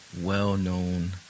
well-known